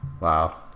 Wow